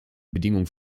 bedingungen